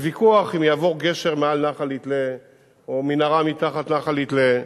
בגלל ויכוח אם יעבור גשר מעל נחל-יתלה או תעבור מנהרה מתחת נחל-יתלה,